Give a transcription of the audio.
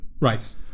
Right